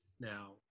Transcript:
Now